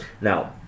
Now